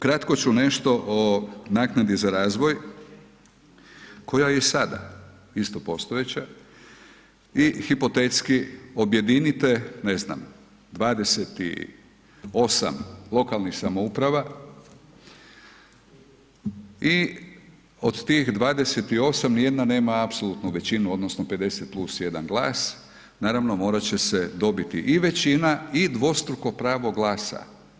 Kratko ću nešto o naknadi za razvoj, koja i sada isto postojeća, i hipotetski objedinite, ne znam, 28 lokalnih samouprava i od tih 28 nijedna nema apsolutnu većinu odnosno 50 + 1 glas, naravno, morat će se dobiti i većina i dvostruko pravo glasa.